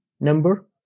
number